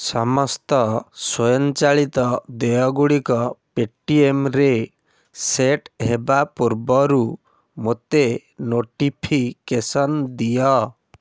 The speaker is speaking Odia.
ସମସ୍ତ ସ୍ୱଂୟଚାଳିତ ଦେୟଗୁଡ଼ିକ ପେଟିଏମ୍ରେ ସେଟ୍ ହେବା ପୂର୍ବରୁ ମୋତେ ନୋଟିଫିକେସନ୍ ଦିଅ